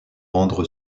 rendre